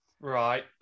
right